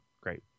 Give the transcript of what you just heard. Great